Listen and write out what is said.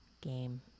game